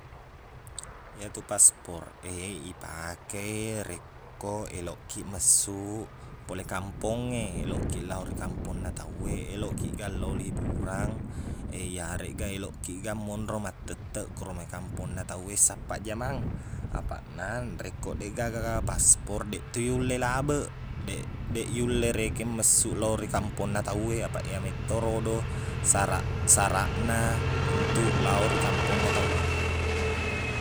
Iyatu paspor e ipake rekko eloqki messuq pole kampong e eloqki lao ri kampongna tauwe eloqki ga lao liburang iyareqga eloqki ga monro mattetteq koro mei kampongna tauwe sappa jamang apaqna rekko deqgaga ga paspor deq to yulle labeq deq- deq yulle rekeng messuq lo ri kampungna tauwe apaq iya mettorodo saraq-saraqna untuk lao ri kampongna tauwe